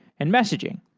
and messaging.